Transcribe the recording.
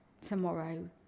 tomorrow